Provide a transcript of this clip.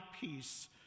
peace